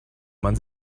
man